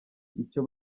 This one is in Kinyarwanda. icyo